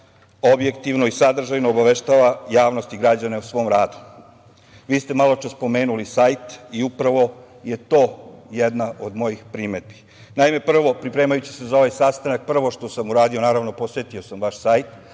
objektivno i sadržajno obaveštava javnost i građane o svom radu. Vi ste maločas pomenuli sajt i upravo je to jedna od mojih primedbi. Naime, pripremajući se za ovaj sastanak, prvo što sam uradio, naravno, posetio sam vaš sajt,